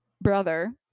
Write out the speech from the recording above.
brother